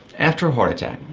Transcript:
after a heart attack,